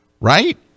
right